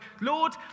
Lord